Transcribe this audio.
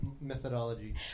methodology